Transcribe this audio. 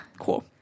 Cool